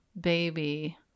baby